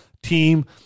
team